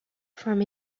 from